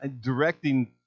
directing